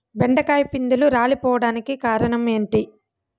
బెండకాయ పిందెలు రాలిపోవడానికి కారణం ఏంటి?